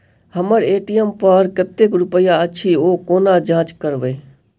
हम्मर ए.टी.एम पर कतेक रुपया अछि, ओ कोना जाँच करबै?